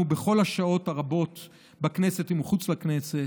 בכל השעות הרבות בכנסת ומחוץ לכנסת: